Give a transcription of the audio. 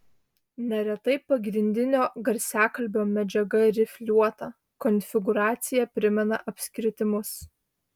neretai pagrindinio garsiakalbio medžiaga rifliuota konfigūracija primena apskritimus